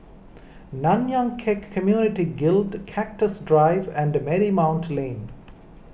Nanyang Khek Community Guild Cactus Drive and Marymount Lane